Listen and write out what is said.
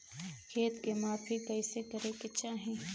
खेत के माफ़ी कईसे करें के चाही?